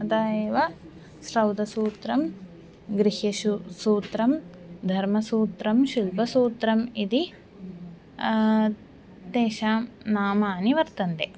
अतः एव श्रौतसूत्रं गृह्यसूत्रं धर्मसूत्रं शिल्पसूत्रम् इति तेषां नामानि वर्तन्ते